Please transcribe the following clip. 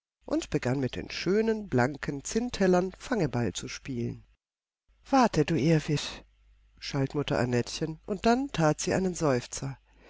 und begann mit den schönen blanken zinntellern fangeball zu spielen warte du irrwisch schalt mutter annettchen und dann tat sie einen seufzer